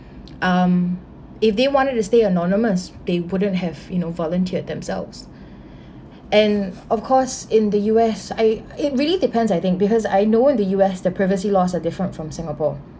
um if they wanted to stay anonymous they wouldn't have you know volunteered themselves and of course in the U_S I it really depends I think because I know the U_S the privacy laws are different from singapore